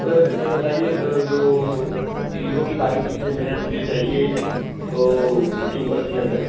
sir यह बताइए जो हीरो की बाइक कितने में हैं मुझे चाहिए ओ सुपर स्प्लेंडर